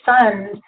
sons